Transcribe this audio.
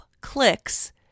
clicks